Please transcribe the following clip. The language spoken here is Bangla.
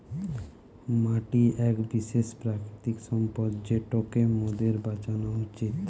মাটি এক বিশেষ প্রাকৃতিক সম্পদ যেটোকে মোদের বাঁচানো উচিত